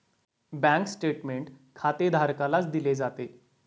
bank statement खातेधारकालाच दिले जाते